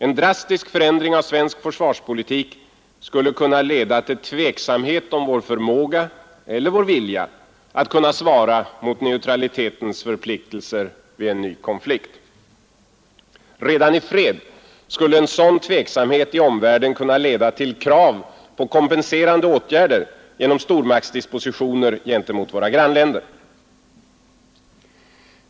En drastisk förändring av svensk försvarspolitik skulle kunna leda till tveksamhet om vår förmåga eller vår vilja att svara mot neutralitetens förpliktelser vid en ny konflikt. Redan i fred skulle en sådan tveksamhet i omvärlden kunna leda till krav på kompenserande åtgärder genom stormaktsdispositioner gentemot våra grannländer.